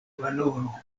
valoro